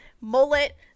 mullet